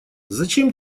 зачем